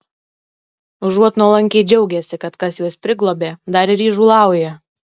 užuot nuolankiai džiaugęsi kad kas juos priglobė dar ir įžūlauja